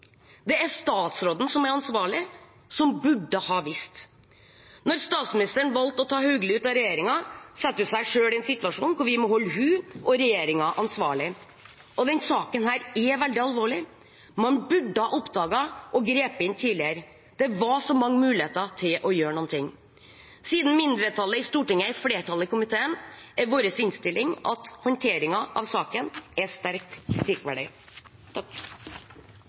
Det er statsråden som er ansvarlig, som burde ha visst. Da statsministeren valgte å ta Hauglie ut av regjeringen, satte hun seg selv i en situasjon hvor vi må holde henne og regjeringen ansvarlig. Denne saken er veldig alvorlig. Man burde ha oppdaget og grepet inn tidligere. Det var så mange muligheter til å gjøre noe. Siden mindretallet i Stortinget er i flertall i komiteen, er vår innstilling at håndteringen av saken er sterkt